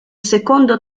secondo